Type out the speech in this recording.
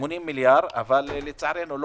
אבל לצערנו,